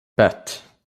пять